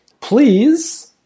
please